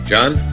John